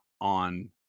on –